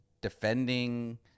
defending